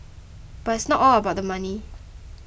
but it's not all about the money